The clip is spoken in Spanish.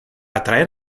atraer